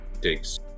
Takes